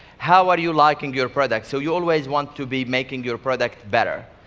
how are you liking your product? so you always want to be making your product better.